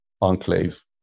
enclave